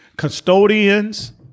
custodians